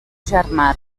germà